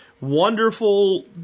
wonderful